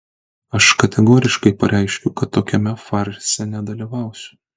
aš kategoriškai pareiškiu kad tokiame farse nedalyvausiu